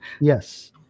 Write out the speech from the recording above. Yes